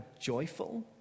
joyful